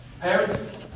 parents